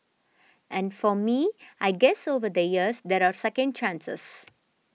and for me I guess over the years there are second chances